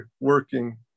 working